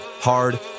hard